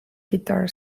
guitar